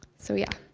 so yeah.